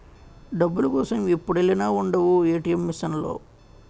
డబ్బుల కోసం ఎప్పుడెల్లినా ఉండవు ఏ.టి.ఎం మిసన్ లో